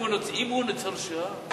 אם הוא ניצול שואה,